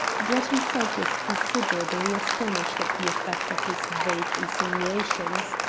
brett himself was considerably astonished at the effect of his vague insinuations,